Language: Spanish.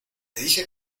dije